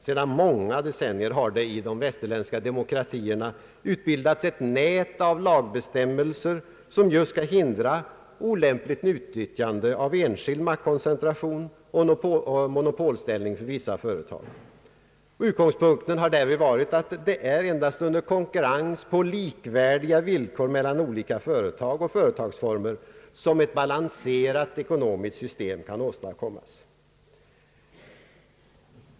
Sedan många decennier har i de västerländska demokratierna utbildats ett nät av lagbestämmelser som skall hindra olämpligt utnyttjande av enskild maktkoncentration och monopolställning för vissa företag. Utgångspunkten har därvid varit att det endast är i konkurrens på likvärdiga villkor mellan olika företag och företagsformer som ett balanserat ekonomiskt system kan åstadkommas.